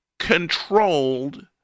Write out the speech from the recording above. controlled